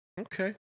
Okay